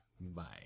Bye